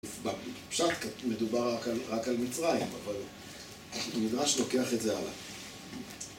פשוט מדובר רק על מצרים, אבל מדרש לוקח את זה הלאה.